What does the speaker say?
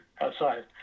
outside